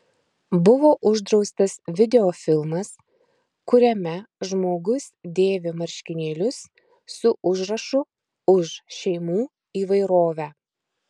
buvo uždraustas videofilmas kuriame žmogus dėvi marškinėlius su užrašu už šeimų įvairovę